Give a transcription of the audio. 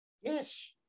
Yes